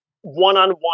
one-on-one